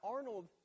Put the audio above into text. Arnold